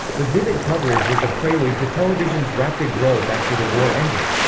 the vivid coverage was a prelude to television's rapid growth after the war ended.